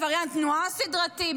עבריין תנועה סדרתי,